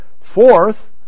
Fourth